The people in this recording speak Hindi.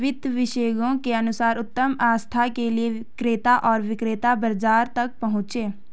वित्त विशेषज्ञों के अनुसार उत्तम आस्था के लिए क्रेता और विक्रेता बाजार तक पहुंचे